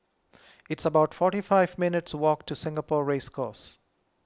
it's about forty five minutes' walk to Singapore Race Course